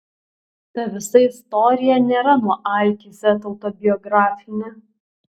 ta visa istorija nėra nuo a iki z autobiografinė